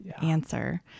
answer